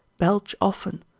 belch often,